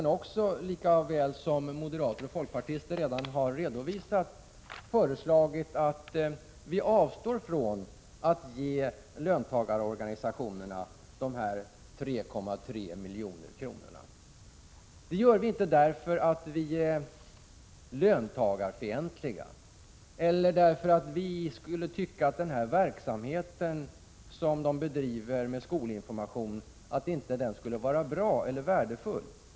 Vi har från centerpartiets, moderaternas och folkpartiets sida föreslagit att bidraget till löntagarorganisationerna om 3,3 milj.kr. skall dras in. Detta gör vi inte därför att vi skulle vara löntagarfientliga eller för att vi inte tycker att den verksamhet med skolinformation som löntagarorganisationerna bedriver skulle vara bra eller värdefull.